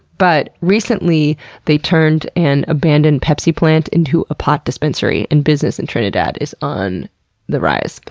but recently they turned an abandoned pepsi plant into a pot dispensary, and business in trinidad is on the rise.